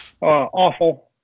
awful